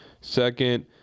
second